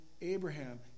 Abraham